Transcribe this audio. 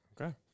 Okay